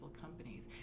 companies